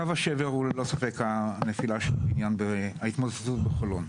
קו השבר הוא ללא ספק ההתמוטטות בחולון.